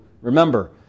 remember